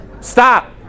Stop